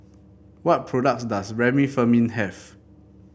what products does Remifemin have